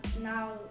now